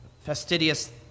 fastidious